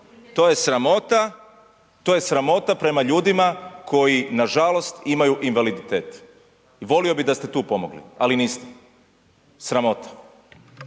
to je sramota prema ljudima koji nažalost imaju invaliditet i volio bi da ste pomogli ali niste. Sramota.